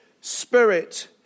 Spirit